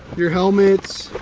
your helmets